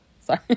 Sorry